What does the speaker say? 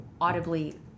audibly